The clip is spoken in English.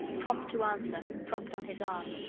prompt to answer, propped on his arm.